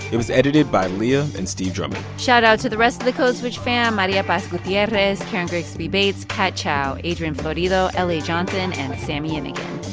it was edited by leah and steve drummond shoutout to the rest of the code switch fam maria paz gutierrez, karen grigsby bates, kat chow, adrian florido, ah la johnson and sami yenigun.